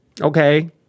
Okay